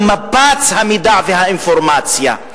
או מפץ המידע והאינפורמציה.